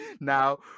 Now